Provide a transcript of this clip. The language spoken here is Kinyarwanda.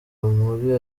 muri